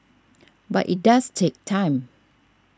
but it does take time